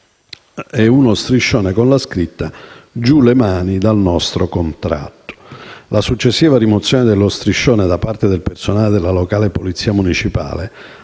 ed uno striscione con la scritta: «Giù le mani dal nostro contratto». La successiva rimozione dello striscione da parte del personale della locale Polizia municipale,